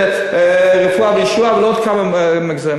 "רפואה וישועה" ולעוד כמה מגזרים.